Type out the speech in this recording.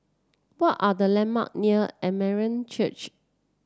what are the landmark near Armenian Church